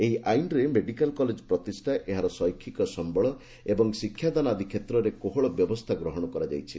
ଏହି ଆଇନରେ medical college ପ୍ରତିଷ୍ଠା ଏହାର ଶୈକ୍ଷିକ ସମ୍ଭଳ ଏବଂ ଶିକ୍ଷାଦାନ ଆଦି କ୍ଷେତ୍ରରେ କୋହଳ ବ୍ୟବସ୍ଥା ଗ୍ରହଣ କରାଯାଇଛି